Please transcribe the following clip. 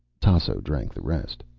tasso drank the rest.